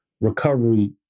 recovery